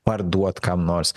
parduot kam nors